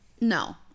no